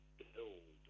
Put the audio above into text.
build